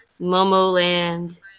Momoland